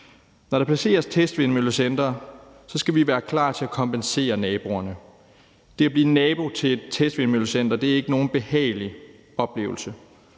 Når der placeres testvindmøllecentre, skal vi være klar til at kompensere naboerne. Det at blive en nabo til et testvindmøllecenter er ikke nogen behagelig oplevelse.